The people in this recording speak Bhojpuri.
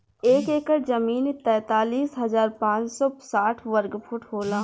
एक एकड़ जमीन तैंतालीस हजार पांच सौ साठ वर्ग फुट होला